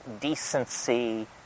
decency